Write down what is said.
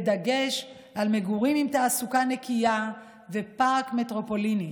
בדגש על מגורים עם תעסוקה נקייה ופארק מטרופוליני.